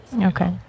Okay